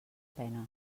pena